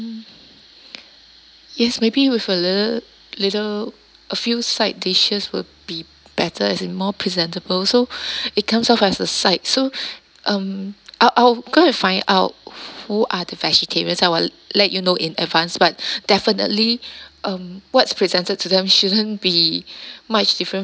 yes maybe with a lil~ little a few side dishes will be better as in more presentable so it comes off as a side so um I'll I'll go and find out who are the vegetarians I will let you know in advance but definitely um what's presented to them shouldn't be much different